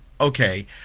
okay